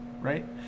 right